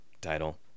title